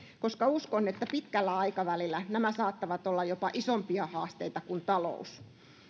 koska uskon että pitkällä aikavälillä nämä saattavat olla jopa isompia haasteita kuin talous